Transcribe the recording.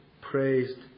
praised